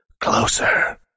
Closer